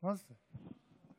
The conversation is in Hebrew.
תודה רבה,